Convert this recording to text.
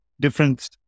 difference